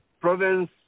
province